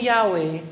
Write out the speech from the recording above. Yahweh